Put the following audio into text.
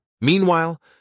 Meanwhile